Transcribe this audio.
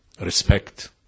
respect